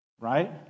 Right